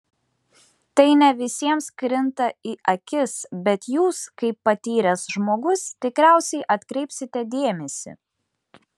tai ne visiems krinta į akis bet jūs kaip patyręs žmogus tikriausiai atkreipsite dėmesį